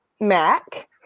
Mac